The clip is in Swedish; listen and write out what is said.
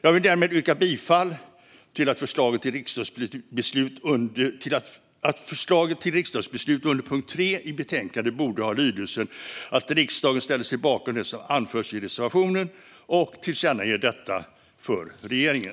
Jag vill därmed yrka bifall till att förslaget till riksdagsbeslut under punkt 3 i betänkandet ska ha lydelsen: Riksdagen ställer sig bakom det som anförs i reservationen och tillkännager detta för regeringen.